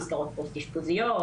מסגרות פוסט אשפוזיות,